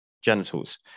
genitals